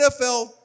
NFL